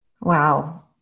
Wow